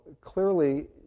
clearly